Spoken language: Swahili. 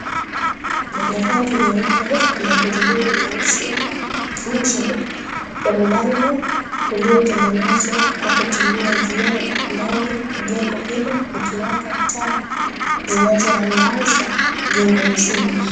Gari lenye rangi nyeupe na magurudumu meusi. Inje, kuna mlango uliotengenezwa kwa kutumia vioo ndani ya jengo hilo kukiwaka taa inayoangaza jengo nzima.